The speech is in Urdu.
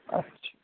اچھا